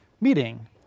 meeting